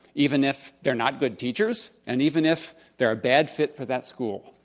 even if they're not good teachers and even if they're a bad fit for that school.